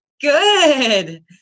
Good